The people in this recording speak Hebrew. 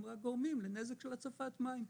הם רק גורמים לנזק של הצפת מים.